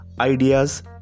ideas